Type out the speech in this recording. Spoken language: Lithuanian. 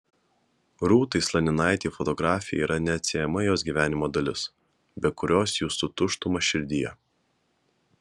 rūtai slaninaitei fotografija yra neatsiejama jos gyvenimo dalis be kurios justų tuštumą širdyje